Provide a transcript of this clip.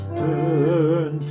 turn